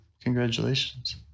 congratulations